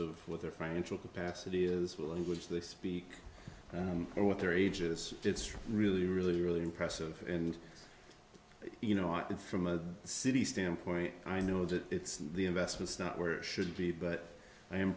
of what their financial capacity is will and which they speak and what their ages it's really really really impressive and you know i think from a city standpoint i know that it's the investments not where it should be but i am